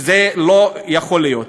וזה לא יכול להיות.